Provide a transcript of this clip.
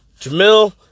Jamil